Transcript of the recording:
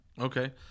Okay